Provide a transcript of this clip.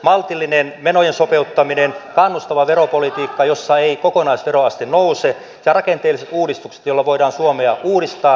maltillinen menojen sopeuttaminen kannustava veropolitiikka jossa ei kokonaisveroaste nouse ja rakenteelliset uudistukset joilla voidaan suomea uudistaa sekä kärkihankkeet